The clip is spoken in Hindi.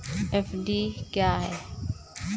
एफ.डी क्या है?